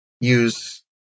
use